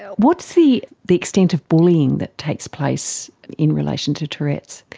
what's the the extent of bullying that takes place in relation to tourette's?